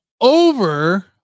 over